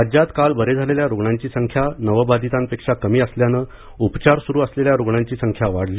राज्यात काल बरे झालेल्या रुग्णांची संख्या नवबाधितांपेक्षा कमी असल्यानं उपचार सुरू असलेल्या रुग्णांची संख्या वाढली